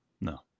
No